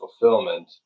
fulfillment